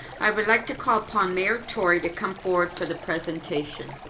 i would like to call upon mayor tory to come forward for the presentation.